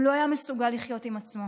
הוא לא היה מסוגל לחיות עם עצמו.